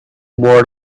board